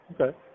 okay